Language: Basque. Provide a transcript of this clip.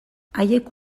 haiek